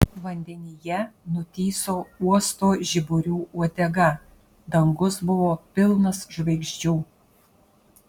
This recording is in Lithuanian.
vandenyje nutįso uosto žiburių uodega dangus buvo pilnas žvaigždžių